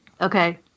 Okay